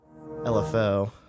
LFO